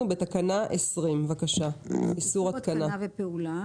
אנחנו בתקנה 20 "איסור התקנה ופעולה